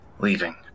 leaving